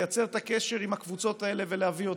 לייצר את הקשר עם הקבוצות האלה ולהביא אותן,